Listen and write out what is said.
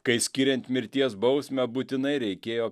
kai skiriant mirties bausmę būtinai reikėjo